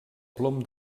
plom